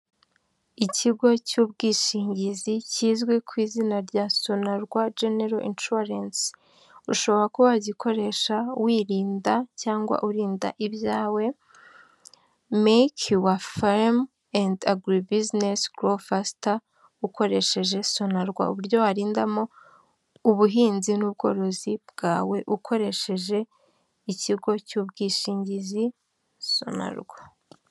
Ikigo cy'ubwishingizi kizwi ku izina rya Sonarwa general insurance, ushobora kuba wagikoresha wirinda cyangwa urinda ibyawe, make your farm and agri-business grow faster ukoresheje Sonarwa, uburyo warindamo ubuhinzi n'ubworozi bwawe ukoresheje ikigo cy'ubwishingizi Sonarwa.